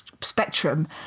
spectrum